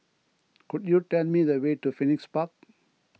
could you tell me the way to Phoenix Park